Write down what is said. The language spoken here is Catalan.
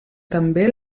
també